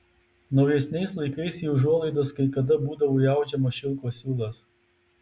naujesniais laikais į užuolaidas kai kada būdavo įaudžiamas šilko siūlas